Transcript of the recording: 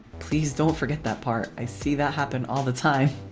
please don't forget that part. i see that happen all the time.